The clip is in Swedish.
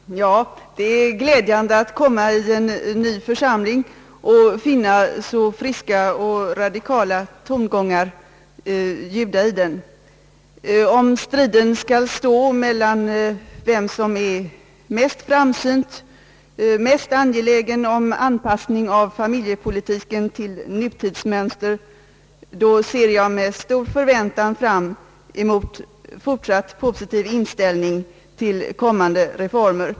Herr talman! Det är glädjande att komma i en ny församling och finna så friska och radikala tongångar ljuda i den som här skett. Om striden här skall gälla vem som är mest framsynt och vem som är mest angelägen om anpassning av familjepolitiken till nutidsmönster, ser jag med stor förväntan fram mot fortsatt positiv inställning till kommande reformer.